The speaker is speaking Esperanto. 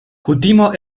kutimo